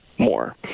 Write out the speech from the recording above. more